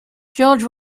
george